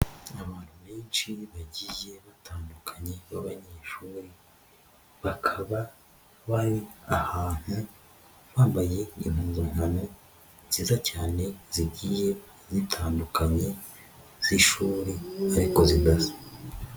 Abantu benshi bagiye batandukanye b'abanyeshuri, bakaba bari ahantu bambaye impuzankano nziza cyane zigiye zitandukanye z'ishuri ariko zidasa.